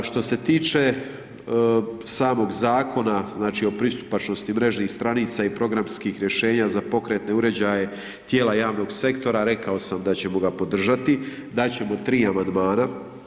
Što se tiče samog zakona o pristupačnosti mrežnih stranica i programskih rješenja za pokretne uređaje tijela javnog sektora rekao sam da ćemo ga podržati, dati ćemo 3 amandmana.